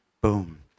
boom